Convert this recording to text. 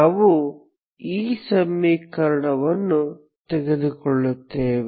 ನಾವು ಈ ಸಮೀಕರಣವನ್ನು ತೆಗೆದುಕೊಳ್ಳುತ್ತೇವೆ